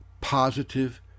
positive